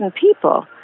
people